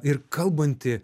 ir kalbanti